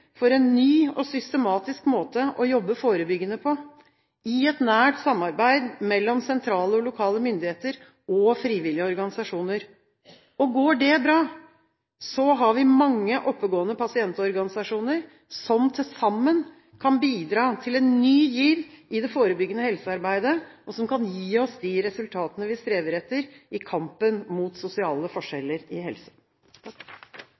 systematisk måte å jobbe forebyggende på i et nært samarbeid mellom sentrale og lokale myndigheter og frivillige organisasjoner. Går det bra, har vi mange oppegående pasientorganisasjoner som til sammen kan bidra til en ny giv i det forebyggende helsearbeidet, og som kan gi oss de resultatene vi strever etter i kampen mot sosiale